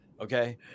Okay